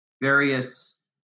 various